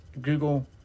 Google